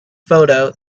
photo